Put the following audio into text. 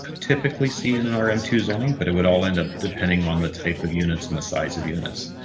typically see in and rm um two zoning, but it would all end up depending on the type of units in the size of units,